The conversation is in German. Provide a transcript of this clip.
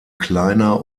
kleiner